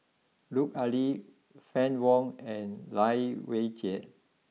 Lut Ali Fann Wong and Lai Weijie